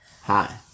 Hi